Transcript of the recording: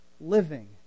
living